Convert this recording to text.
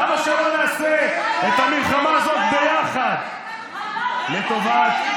למה שלא נעשה את המלחמה הזאת ביחד, לטובת,